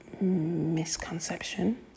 misconception